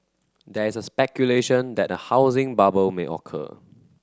there is a speculation that a housing bubble may occur